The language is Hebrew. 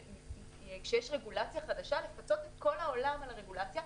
כשיש רגולציה חדשה לפחות את כל העולם על הרגולציה,